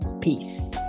Peace